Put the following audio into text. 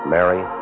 Mary